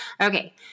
Okay